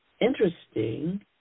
interesting